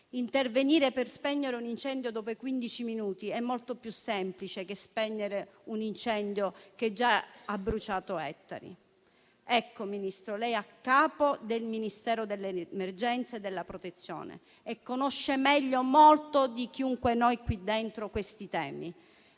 Intervenire per spegnere un incendio dopo quindici minuti è molto più semplice che spegnere un incendio che già ha bruciato ettari. Signor Ministro, lei è a capo del Ministero delle emergenze e della Protezione civile e conosce molto meglio di chiunque noi qui dentro questi temi.